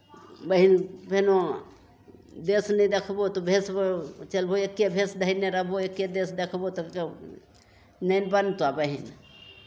बहीन फेनो देश नहि देखबौ तऽ भेष चलबै एक्के भेष धयने रहबौ एक्के देश देखबौ तब तऽ नहि बनतह बहीन